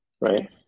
right